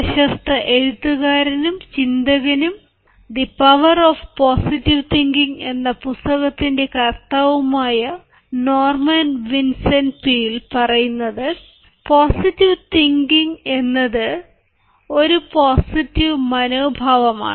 പ്രശസ്ത എഴുത്തുകാരനും ചിന്തകനും the power of positive thinking എന്ന പുസ്തകത്തിന്റെ കർത്താവുമായ നോർമൻ വിൻസെന്റ് പീൽ പറയുന്നത് പോസിറ്റീവ് തിങ്കിങ് എന്നത് ഒരു പോസിറ്റീവ് മനോഭാവമാണ്